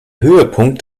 höhepunkt